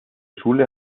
schule